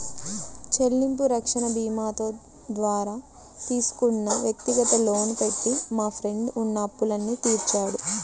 చెల్లింపు రక్షణ భీమాతో ద్వారా తీసుకున్న వ్యక్తిగత లోను పెట్టి మా ఫ్రెండు ఉన్న అప్పులన్నీ తీర్చాడు